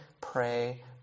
pray